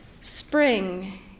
Spring